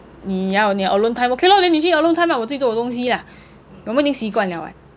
你要你的 alone time okay lor then 你去 alone time lah 我自己做我的东西啦我们已经习惯了:wo zi ji zuo wo de dong xi wo men yi jing xi guan le eh